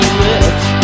lips